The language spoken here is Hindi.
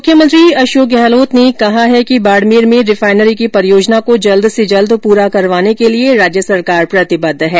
मुख्यमंत्री अशोक गहलोत ने कहा है कि बाड़मेर में रिफाइनरी की परियोजना को जल्द से जल्द प्ररा करवाने के लिए राज्य सरकार प्रतिबद्ध है